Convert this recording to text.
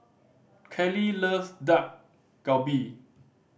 Kaley loves Dak Galbi